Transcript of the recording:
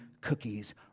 cookies